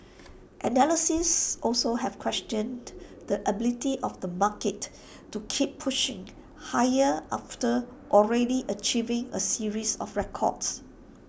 analysts also have questioned the ability of the market to keep pushing higher after already achieving A series of records